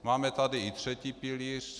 Máme tady i třetí pilíř.